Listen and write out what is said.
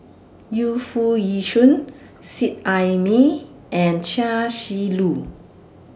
Yu Foo Yee Shoon Seet Ai Mee and Chia Shi Lu